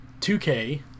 2K